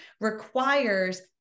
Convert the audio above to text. requires